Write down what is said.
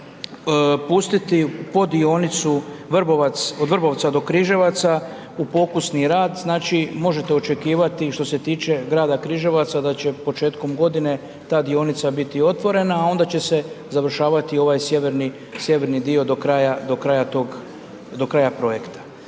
godine pustiti po dionicu od Vrbovca do Križevaca u pokusni rad, znači možete očekivati što se tiče grada Križevaca da će početkom godine ta dionica biti otvorena, a onda će se završavati ovaj sjeverni dio do kraja projekta.